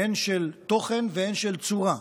הן של תוכן והן של צורה.